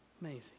Amazing